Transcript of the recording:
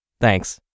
Thanks